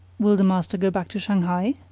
will the master go back to shanghai?